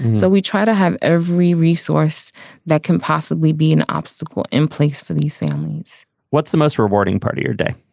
so we try to have every resource that can possibly be an obstacle in place for these families what's the most rewarding part of your day?